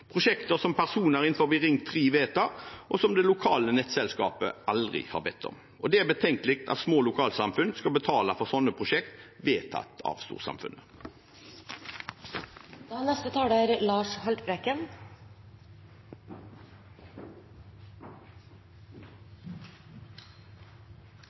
prosjekter som personer innenfor Ring 3 har vedtatt, og som det lokale nettselskapet aldri har bedt om. Det er betenkelig at små lokalsamfunn skal betale for prosjekt vedtatt av storsamfunnet. Det er